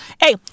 Hey